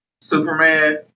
Superman